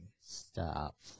Stop